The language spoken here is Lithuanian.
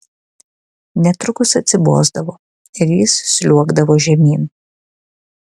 netrukus atsibosdavo ir jis sliuogdavo žemyn